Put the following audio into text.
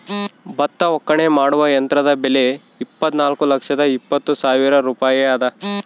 ಭತ್ತ ಒಕ್ಕಣೆ ಮಾಡುವ ಯಂತ್ರದ ಬೆಲೆ ಇಪ್ಪತ್ತುನಾಲ್ಕು ಲಕ್ಷದ ಎಪ್ಪತ್ತು ಸಾವಿರ ರೂಪಾಯಿ ಅದ